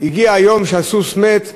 הגיע היום שהסוס מת,